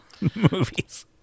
movies